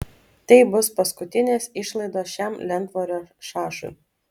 tai bus paskutinės išlaidos šiam lentvario šašui